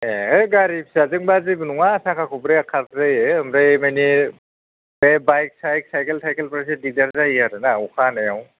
ए ओइ गारि फिसाजोंब्ला जेबो नङा साखा खब्रैया खारजायो ओमफ्राय मानि बे बाइक थाइक साइखेल थाइखेलफोरासो दिगदार जायोना अखा हानायाव